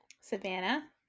savannah